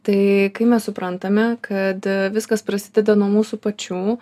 tai kai mes suprantame kad viskas prasideda nuo mūsų pačių